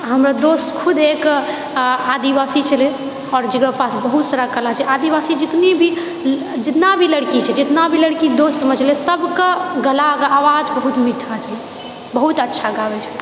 हमर दोस्त खुद एक आदिवासी छलै आओर जेकरा पास बहुत सारा कला छै आदिवासी जितनी भी जितना भी लड़की छै जितना भी लड़की दोस्तमे छलै सबके गलाकेँ आवाज बहुत मीठा छलै बहुत अच्छा गाबैत छै